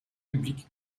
publique